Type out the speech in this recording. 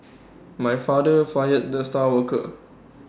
my father fired the star worker